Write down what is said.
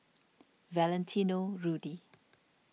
Valentino Rudy